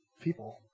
people